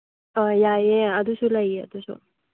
ꯑꯥ ꯌꯥꯏꯌꯦ ꯑꯗꯨꯗꯁꯨ ꯂꯩꯌꯦ ꯑꯗꯨꯁꯨ